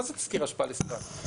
מה זה תזכיר השפעה לסביבה?